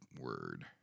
word